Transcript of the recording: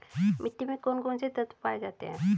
मिट्टी में कौन कौन से तत्व पाए जाते हैं?